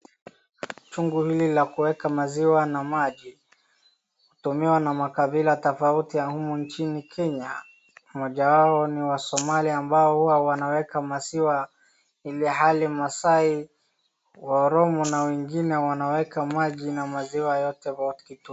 Chungu hili la kuweka maziwa na maji utumiwa na makabila tofauti ya humu nchini Kenya. Mojawao ni wasomali ambao huweka maziwa ilhali masai, waoromo na wengine wanaweka maji na maziwa yote.